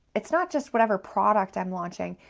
it's not just whatever product i'm launching,